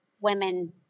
women